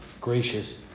gracious